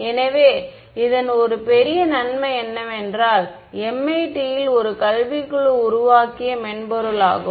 எனவே இதன் ஒரு பெரிய நன்மை என்னவென்றால் MIT யில் ஒரு கல்விக் குழு உருவாக்கிய மென்பொருளாகும்